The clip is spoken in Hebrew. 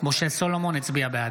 משה אבוטבול, אינו נוכח יולי יואל